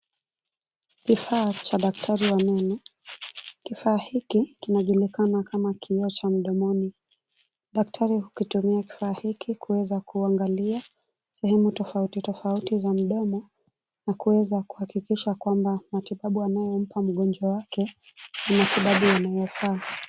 Kifaa cha daktari wa meno . Kifaa hiki kinajulikana kama kioo cha mdomoni. Daktari hukitumia kifaa hiki kuweza kuangalia sehemu tofauti tofauti za mdomo na kuweza kuhakikisha kwamba matibabu anayompa mgonjwa wake ni matibabu yanayofaa.